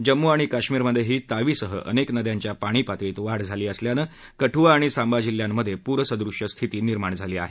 जम्मू आणि काश्मीरमध्येही तावीसह अनेक नद्यांच्या पाणी पातळीत वाढ झाली असल्यानं कठुआ आणि सांबा जिल्ह्यांमध्ये पूरसदृश्य स्थिती निर्माण झाली आहे